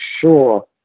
sure